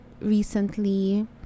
recently